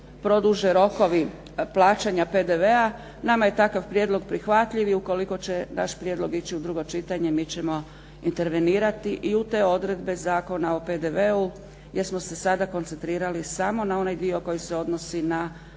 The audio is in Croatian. produže rokovi plaćanja PDV-a. Nama je takav prijedlog prihvatljiv i ukoliko će naš prijedlog ići u drugo čitanje, mi ćemo intervenirati i u te odredbe Zakona o PDV-u, gdje smo se sada koncentrirali samo na onaj dio koji se odnosi na